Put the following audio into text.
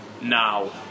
Now